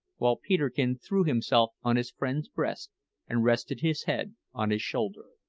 while peterkin threw himself on his friend's breast and rested his head on his shoulder.